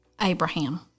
Abraham